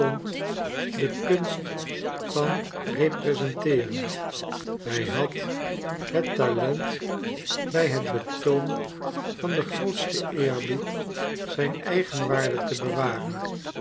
de kunst van representeeren hij had het talent bij het betoon van den grootsten eerbied zijn eigenwaarde te bewaren